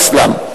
האסלאם.